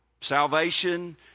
salvation